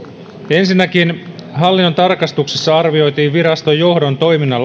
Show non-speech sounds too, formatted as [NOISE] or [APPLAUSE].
ensinnäkin hallinnon tarkastuksessa arvioitiin viraston johdon toiminnan [UNINTELLIGIBLE]